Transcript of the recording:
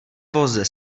voze